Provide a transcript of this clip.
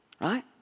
Right